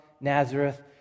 Nazareth